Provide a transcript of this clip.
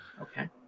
Okay